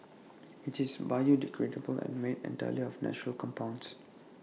IT is biodegradable and made entirely of natural compounds